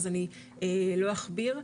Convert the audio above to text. אז אני לא אכביר.